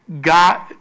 God